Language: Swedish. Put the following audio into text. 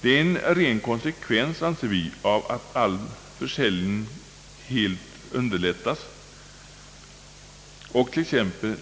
Det är en ren konsekvens, anser vi, av att försäljningen i sin helhet underlättas och t.ex.